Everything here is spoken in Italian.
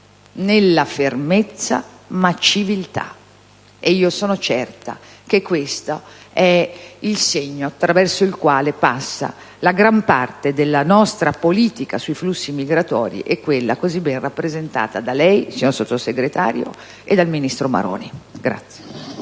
nella fermezza, soprattutto civiltà. Sono certa che questo è il segno attraverso cui passa la gran parte della nostra politica sui flussi migratori e di quella così bene rappresentata da lei, signora Sottosegretario, e dal ministro Maroni.